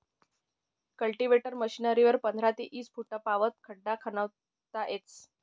cultivator मशीनवरी पंधरा ते ईस फुटपावत खड्डा खणता येस